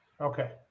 okay